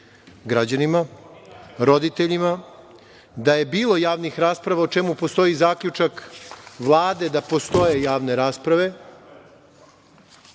građanima, roditeljima, da je bilo javnih rasprava o čemu postoji zaključak Vlade da postoje javne rasprave,